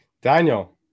Daniel